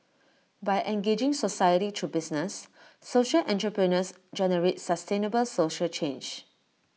by engaging society through business social entrepreneurs generate sustainable social change